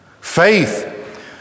Faith